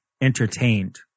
entertained